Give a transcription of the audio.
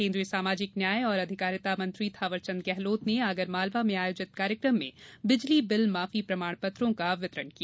केन्द्रीय सामाजिक न्याय और अधिकारिता मंत्री थावरचंद्र गेहलोत ने आगर मालवा में आयोजित कार्यकम में बिजली बिल माफी प्रमाणपत्रों का वितरण किया